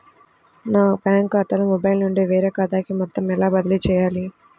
నా బ్యాంక్ ఖాతాలో మొబైల్ నుండి వేరే ఖాతాకి మొత్తం ఎలా బదిలీ చేయాలి?